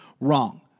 Wrong